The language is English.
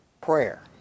Prayer